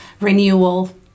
renewal